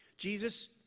Jesus